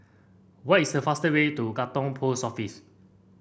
what is the fastest way to Katong Post Office